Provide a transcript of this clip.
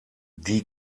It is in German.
die